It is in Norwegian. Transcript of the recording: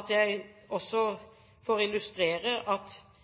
at jeg også får illustrert at